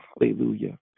hallelujah